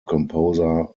composer